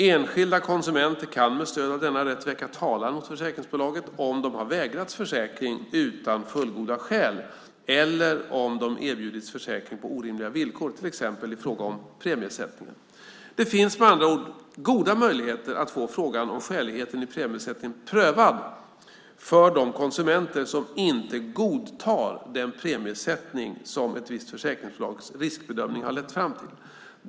Enskilda konsumenter kan med stöd av denna rätt väcka talan mot försäkringsbolaget om de har vägrats försäkring utan fullgoda skäl eller om de erbjudits försäkring på orimliga villkor, till exempel i fråga om premiesättningen. Det finns med andra ord goda möjligheter att få frågan om skäligheten i premiesättningen prövad för de konsumenter som inte godtar den premiesättning som ett visst försäkringsbolags riskbedömning har lett fram till.